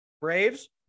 Braves